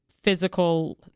physical